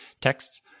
texts